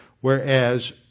whereas